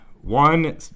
One